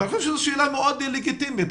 וזו שאלה מאוד לגיטימית.